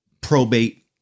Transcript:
probate